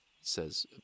says